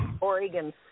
Oregon